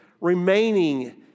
remaining